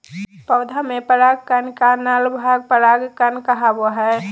पौधा में पराग कण का नर भाग परागकण कहावो हइ